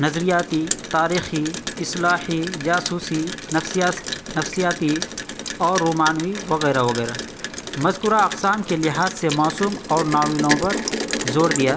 نظریاتی تاریخی اصلاحی جاسوسی نفسیا نفسیاتی اور رومانوی وغیرہ وغیرہ مذکورہ اقسام کے لحاظ سے موسوم اور ناولوں پر زور دیا